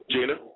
Gina